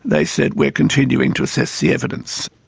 they said we're continuing to assess the evidence.